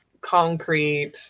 concrete